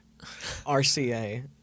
RCA